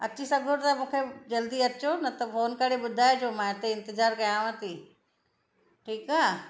अची सघो त मूंखे जल्दी अचो न त फ़ोन करे ॿुधाइजो मां इते इंतज़ार कयांव थी ठीक आहे